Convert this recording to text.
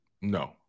No